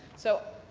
so,